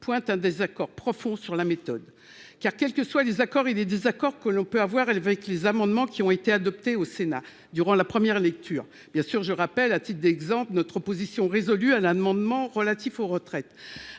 point un désaccord profond sur la méthode qui a quel que soit des accords et des désaccords, que l'on peut avoir avec les amendements qui ont été adoptés au Sénat durant la première lecture bien sûr, je rappelle à titre d'exemple, notre opposition résolue à l'amendement relatif aux retraites